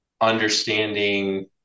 understanding